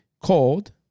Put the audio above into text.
called